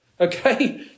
Okay